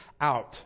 out